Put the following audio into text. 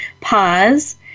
pause